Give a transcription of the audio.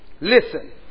Listen